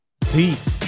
Peace